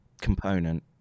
component